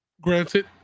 Granted